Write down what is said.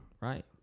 Right